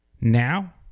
Now